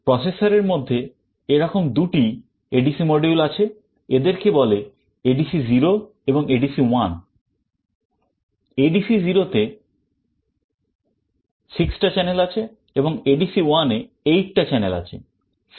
Processor এরমধ্যে এরকম দুটি ADC module আছে এদেরকে বলে ADC0 এবং ADC1 ADC0 তে 6 টা channel আছে এবং ADC1 এ 8 টা channel আছে